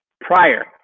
Prior